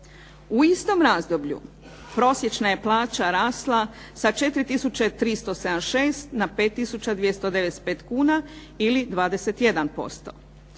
U istom razdoblju prosječna je plaća rasla sa 4376 na 5295 kuna ili 21%.